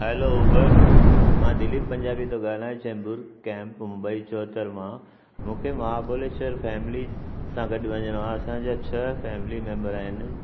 hello Uber मां दिलीप पंजाबी थो ॻाल्हायां चेंबूर कैंप मुंबई चोहतरि मां मूंखे महाबलेश्वर फैमिली सां गॾु वञिणो आहे असांजा छह फैमिली मैंबर आहिनि